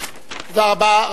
תודה רבה.